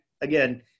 again